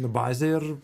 bazė ir